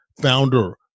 Founder